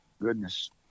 goodness